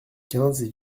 quinze